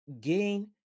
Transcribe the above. gain